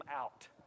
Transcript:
out